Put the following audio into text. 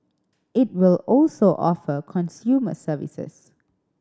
it will also offer consumer services